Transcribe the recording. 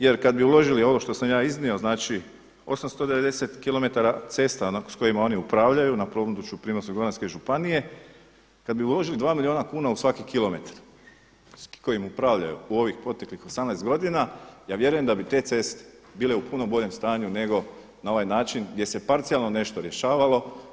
Jer kada bi uložili ovo što sam ja iznio, znači 890 kilometara cesta s kojima oni upravljaju na području Primorsko-goranske županije, kada bi uložili 2 milijuna kuna u svaki kilometar s kojim upravljaju u ovih proteklih 18 godina ja vjerujem da bi te ceste bile u puno boljem stanju nego na ovaj način gdje se parcijalno nešto rješavalo.